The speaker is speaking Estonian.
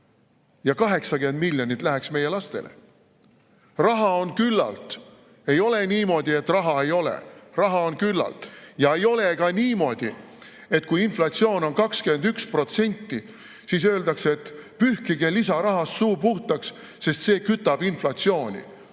ja 80 miljonit läheks meie lastele? Raha on küllalt. Ei ole niimoodi, et raha ei ole. Raha on küllalt! Ei ole ka niimoodi, et kui inflatsioon on 21%, siis öeldakse, et pühkige lisarahast suu puhtaks, sest see kütab inflatsiooni.